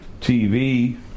tv